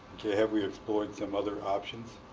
okay. have we explored some other options?